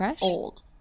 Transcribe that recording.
old